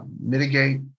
mitigate